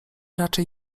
raczej